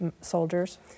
soldiers